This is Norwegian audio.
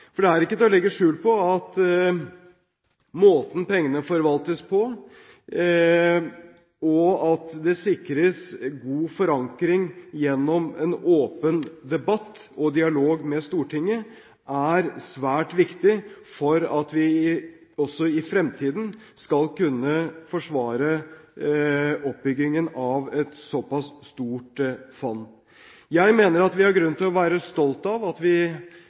for det er ikke til å legge skjul på at måten pengene forvaltes på, og at det sikres god forankring gjennom en åpen debatt og dialog med Stortinget, er svært viktig for at vi også i fremtiden skal kunne forsvare oppbyggingen av et såpass stort fond. Jeg mener vi har grunn til å være stolte over at vi